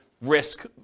risk